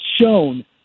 shown